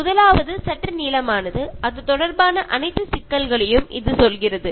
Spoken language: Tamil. முதலாவது சற்று நீளமானது அது தொடர்பான அனைத்து சிக்கல்களையும் இது சொல்கிறது